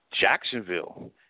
Jacksonville